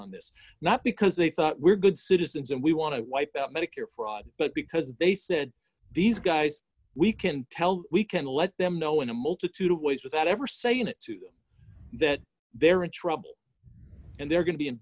on this not because they thought we're good citizens and we want to wipe out medicare fraud but because they said these guys we can tell we can let them know in a multitude of ways without ever saying that they're in trouble and they're going to be in